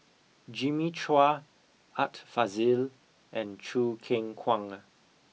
Jimmy Chua Art Fazil and Choo Keng Kwang